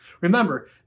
Remember